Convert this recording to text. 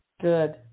Good